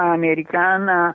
americana